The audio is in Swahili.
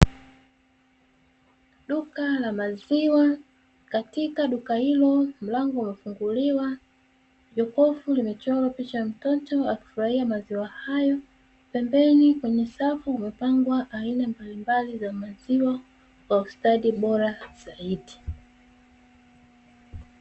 Duka la maziwa, katika duka hilo mlango umefunguliwa, jokofu limechorwa picha ya mtoto akifurahia maziwa hayo, pembeni kwenye safu pamepangwa aina mbalimbali za maziwa kwa ustadi bora na zaidi